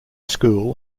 school